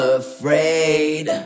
afraid